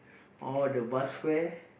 all the bus fare